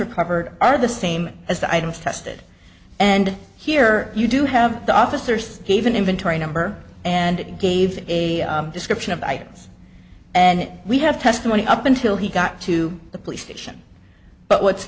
recovered are the same as the items tested and here you do have the officers gave an inventory number and gave a description of items and we have testimony up until he got to the police station but what's